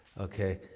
Okay